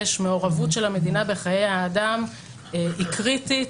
מעורבות של המדינה בחיי האדם היא קריטית